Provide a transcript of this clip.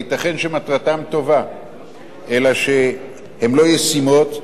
ייתכן שמטרתן טובה אלא שהן אינן ישימות.